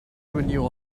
renew